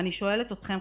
אני שואלת אתכם,